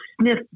sniff